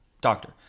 doctor